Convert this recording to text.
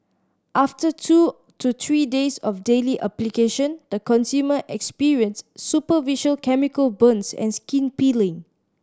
after two to three days of daily application the consumer experienced superficial chemical burns and skin peeling